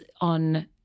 on